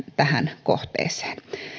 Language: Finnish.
tähän kohteeseen